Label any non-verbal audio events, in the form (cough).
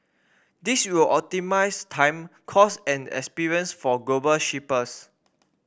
this will (unintelligible) time cost and experience for global shippers